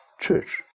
church